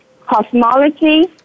cosmology